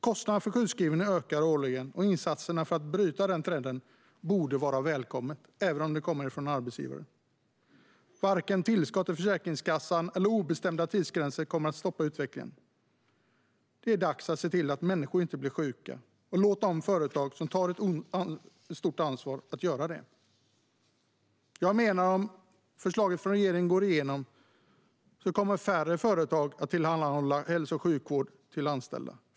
Kostnaderna för sjukskrivningar ökar årligen, och insatser för att bryta den trenden borde vara välkomna - även om de kommer från arbetsgivare. Varken tillskott till Försäkringskassan eller obestämda tidsgränser kommer att stoppa utvecklingen. Det är dags att se till att människor inte blir sjuka och låta de företag som tar stort ansvar göra det. Om regeringens förslag går igenom kommer färre företag att tillhandahålla hälso och sjukvård till de anställda.